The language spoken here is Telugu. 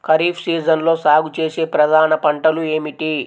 ఖరీఫ్ సీజన్లో సాగుచేసే ప్రధాన పంటలు ఏమిటీ?